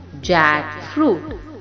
Jackfruit